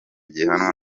gihanwa